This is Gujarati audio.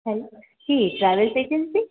hello ji travels agency